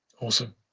Awesome